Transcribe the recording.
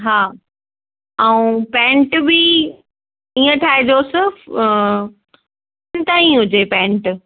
हा अऊं पेंट बि इएं ठाहिजोसि ताईं हुजे पेंट